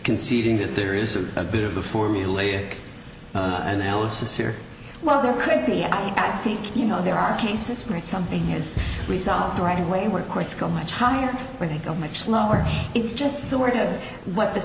conceding that there is a bit of the formulaic analysis here well there could be i think you know there are cases where something is resolved right away where courts go much higher where they go much lower it's just sort of what the